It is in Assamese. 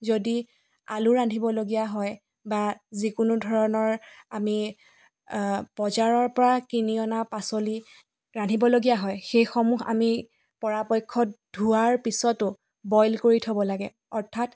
যদি আলু ৰান্ধিব লগীয়া হয় বা যিকোনো ধৰণৰ আমি বজাৰৰ পৰা কিনি অনা পাচলি ৰান্ধিব লগীয়া হয় সেইসমূহ আমি পৰাপক্ষত ধোৱাৰ পিছতো বইল কৰি থ'ব লাগে অৰ্থাৎ